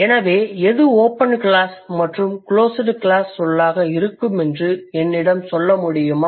எனவே எது open class மற்றும் க்ளோஸ்டு க்ளாஸ் சொல்லாக இருக்குமென்று என்னிடம் சொல்ல முடியுமா